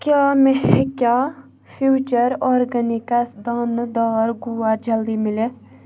کیٛاہ مےٚ ہیٚکیٛاہ فیٛوٗچر آرگینِکَس دانہٕ دار گوا جلدِی میٖلِتھ